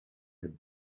had